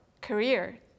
career